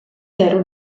zero